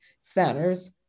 centers